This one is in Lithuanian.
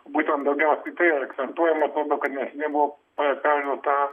būtent daugiausia į tai yra akcentuojama atrodo kad neseniai buvo perduota